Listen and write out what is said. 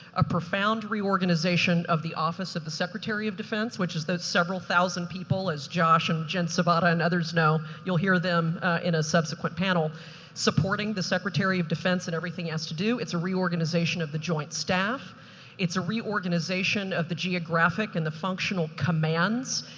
a profound reorganisation of the office of the secretary of defense, which is the several thousand people, as josh and jen sovada and others know you'll hear them in a subsequent panel supporting the secretary of defense, and everything has to do. it's a reorganization of the joint staff it's a reorganization of the geographic and the functional commands.